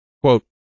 Quote